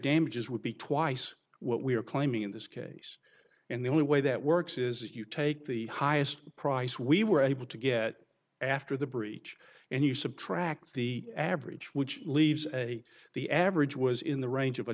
damages would be twice what we are claiming in this case and the only way that works is if you take the highest price we were able to get after the breach and you subtract the average which leaves a the average was in the range of a